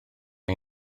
mae